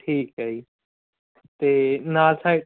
ਠੀਕ ਹੈ ਜੀ ਅਤੇ ਨਾਲ ਸਾ